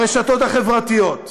ברשתות החברתיות,